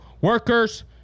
workers